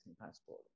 passport